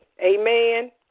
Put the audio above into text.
Amen